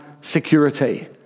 security